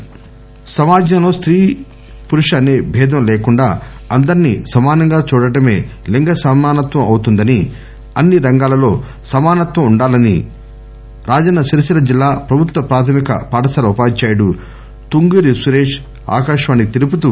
P N Karimnagar సమాజంలో స్తీ పురుష అసే భేదం లేకుండా అందరిని సమానంగా చూడటమే లింగ సమానత్వం అవుతుందని అన్ని రంగాలలో సమానత్వం ఉండాలని రాజన్న సిరిసిల్లా ప్రభుత్వ ప్రాధమిక పాఠశాల ఉపాధ్యాయుడు తుంగూరి సురేష్ ఆకాశవాణికి తెలుపుతూ